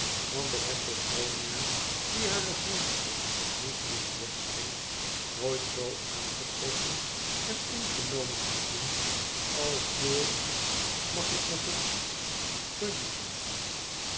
want ik heb sophronia die hare vriendschap niet licht wegschenkt nooit zoo aangetrokken en ingenomen gezien als door mag ik nog eens